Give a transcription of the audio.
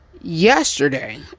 yesterday